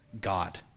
God